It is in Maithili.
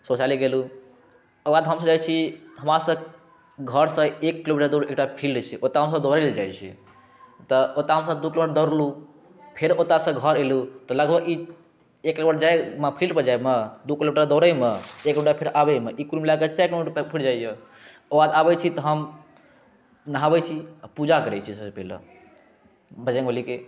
शौचालय गेलहुॅं ओकर बाद हमसब जाइ छी हमरा सबके घर से एक किलोमीटर दूर एकटा फील्ड छै ओते हमसब दौड़य लए जाइ छी तऽ ओतऽ हमसब दू किलोमीटर दौड़लहुॅं फेर ओतऽ सँ घर एलहुॅं तऽ लगभग ई एक बेर जाय मे फील्डमे जायमे दू किलोमीटर दौड़यमे एक घंटा फेर आबय मे ई कुल मिलाके चारि किलोमीटर पूरि जाइया ओकर बाद आबै छी तऽ हम नहाबै छी पूजा करै छी सबसे पहले बजरंगबली के